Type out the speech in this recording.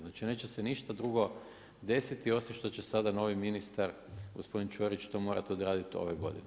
Znači neće se ništa drugo desiti osim što će sada novi ministar gospodin Ćorić to morati odraditi ove godine.